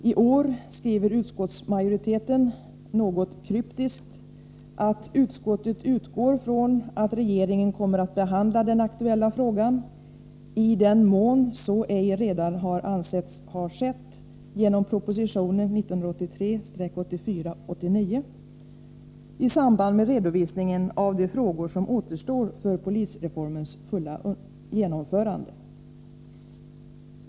I år skriver utskottsmajoriteten något kryptiskt att utskottet utgår från att regeringen kommer att behandla den aktuella frågan — i den mån så ej redan kan anses ha skett genom proposition 1983/84:89 — i samband med redovisningen av de frågor som återstår för polisreformens fulla genomförande.